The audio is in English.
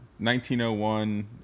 1901